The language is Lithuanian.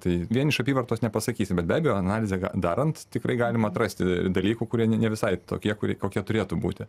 tai vien iš apyvartos nepasakysi bet beabejo analizę darant tikrai galima atrasti dalykų kurie ne visai tokie kurie kokie turėtų būti